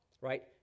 right